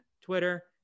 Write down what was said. Twitter